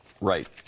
right